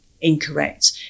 incorrect